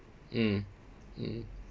mm mm